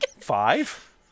Five